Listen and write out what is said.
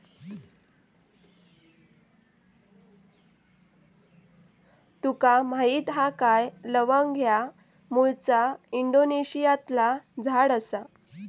तुका माहीत हा काय लवंग ह्या मूळचा इंडोनेशियातला झाड आसा